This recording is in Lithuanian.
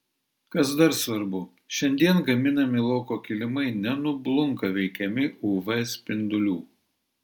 kas dar svarbu šiandien gaminami lauko kilimai nenublunka veikiami uv spindulių